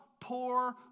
poor